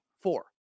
Four